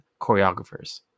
choreographers